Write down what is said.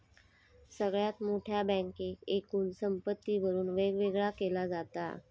सगळ्यात मोठ्या बँकेक एकूण संपत्तीवरून वेगवेगळा केला जाता